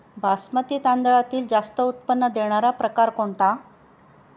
बासमती तांदळातील जास्त उत्पन्न देणारा प्रकार कोणता?